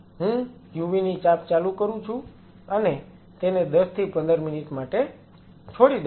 હું UV ની ચાંપ ચાલુ કરું છું અને તેને 10 થી 15 મિનિટ માટે છોડી દઉં છું